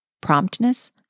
promptness